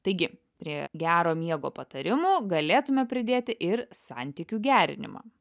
taigi prie gero miego patarimų galėtume pridėti ir santykių gerinimą